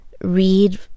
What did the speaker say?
read